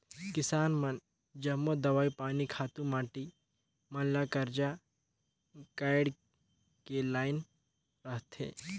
किसान मन जम्मो दवई पानी, खातू माटी मन ल करजा काएढ़ के लाएन रहथें